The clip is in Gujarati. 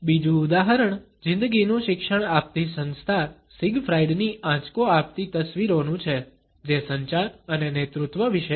બીજું ઉદાહરણ જીંદગીનુ શિક્ષણ આપતી સંસ્થા સીગફ્રાઇડ ની આંચકો આપતી તસવીરોનું છે જે સંચાર અને નેતૃત્વ વિશે છે